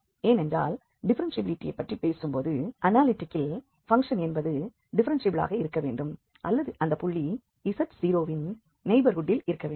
ஏனென்றால் டிஃப்ஃபெரென்ஷியபிலிட்டியைப் பற்றி பேசும்போது அனாலிட்டிகில் பங்க்ஷன் என்பது டிஃப்ஃபெரென்ஷியபிளாகஇருக்க வேண்டும் அல்லது அந்த புள்ளி z0 வின் நெய்பர்ஹூட்டில் இருக்க வேண்டும்